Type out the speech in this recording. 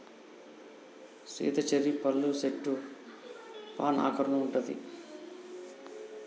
Sita cherry పళ్ళ సెట్టు fan ఆకారంలో ఉంటది